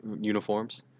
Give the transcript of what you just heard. uniforms